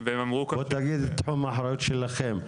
בוא תגיד את תחום האחריות שלכם,